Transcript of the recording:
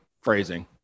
phrasing